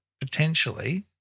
potentially